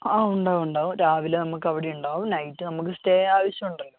ആ ഉണ്ടാവും ഉണ്ടാവും രാവിലെ നമുക്ക് അവിടെയുണ്ടാവും നൈറ്റ് നമ്മൾ സ്റ്റേ ആവശ്യം ഉണ്ടല്ലോ